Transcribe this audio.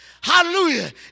Hallelujah